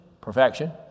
perfection